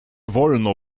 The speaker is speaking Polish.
wolno